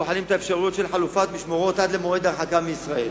בוחנים את האפשרויות של חלופת משמורת עד למועד ההרחקה מישראל.